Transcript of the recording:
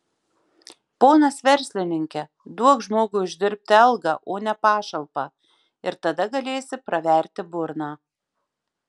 ponas verslininke duok žmogui uždirbti algą o ne pašalpą ir tada galėsi praverti burną